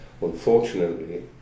Unfortunately